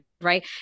right